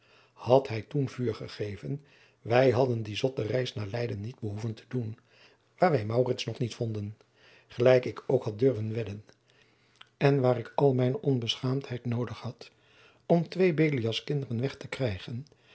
had hij toen vuur gegeven wij hadden die zotte reis naar leyden niet behoeven te doen waar wij maurits toch niet vonden gelijk ik ook had durven wedden en waar ik al mijne onbeschaamdheid noodig had om jacob van lennep de pleegzoon twee belialskinderen weg te krijgen